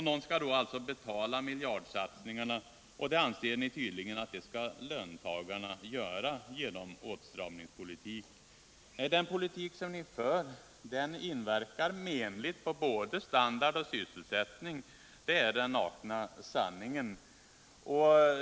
Någon måste dock betala miljardsatsningarna, och det anser ni att löntagarna skall göra genom er åtstramningspolitik. Nej, den politik ni för inverkar menligt på både standard och sysselsättning. Det är den nakna sanningen!